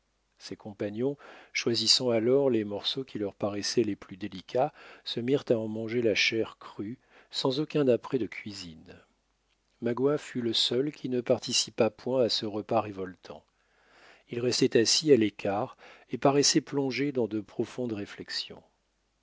ses compagnons choisissant alors les morceaux qui leur paraissaient les plus délicats se mirent à en manger la chair crue sans aucun apprêt de cuisine magua fut le seul qui ne participa point à ce repas révoltant il restait assis à l'écart et paraissait plongé dans de profondes réflexions